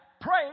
pray